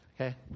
Okay